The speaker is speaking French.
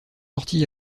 sorti